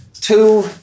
Two